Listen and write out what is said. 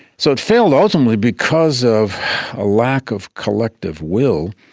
so it failed ultimately because of a lack of collective will.